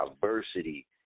diversity